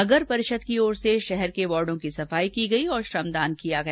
नगर परिषद की ओर से शहर के वार्डों की सफाई की गइ तथा श्रमदान किया गया